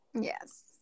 yes